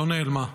לא נעלמה.